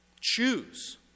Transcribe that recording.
Choose